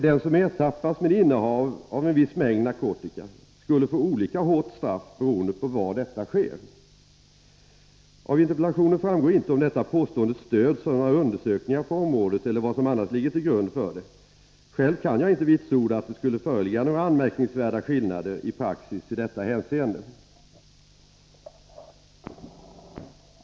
Den som ertappas med innehav av en viss mängd narkotika skulle få olika hårt straff beroende på var detta sker. Av interpellationen framgår inte om detta påstående stöds av några undersökningar på området eller vad som annars ligger till grund för det. Själv kan jag inte vitsorda att det skulle föreligga några anmärkningsvärda skillnader i praxis i detta hänseende.